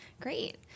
Great